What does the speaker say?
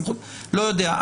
לא יודע,